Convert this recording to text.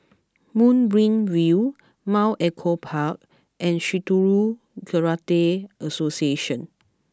Moonbeam View Mount Echo Park and Shitoryu Karate Association